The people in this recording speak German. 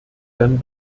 dann